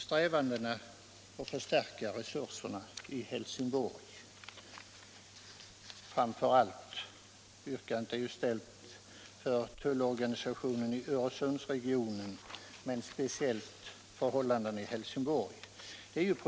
Yrkandet gäller en förstärkning av tullorganisationen i Öresundsregionen men främst i Helsingborg.